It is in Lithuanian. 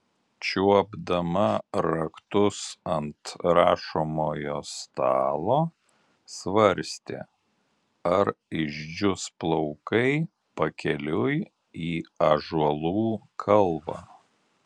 čiuopdama raktus ant rašomojo stalo svarstė ar išdžius plaukai pakeliui į ąžuolų kalvą